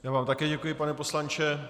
Já vám také děkuji, pane poslanče.